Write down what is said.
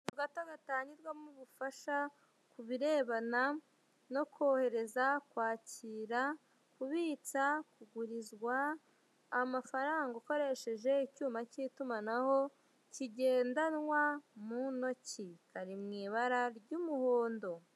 Akazu gato gatangirwamo ubufasha ku birebana no kohereza, kwakira, kubitsa, kugurizwa amafaranga ukoresheje icyuma k'itumanaho kigendanwa mu ntoki kari mu ibara ry'umuhondo.